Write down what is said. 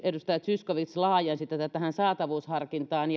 edustaja zyskowicz laajensi tätä keskustelua tähän saatavuusharkintaan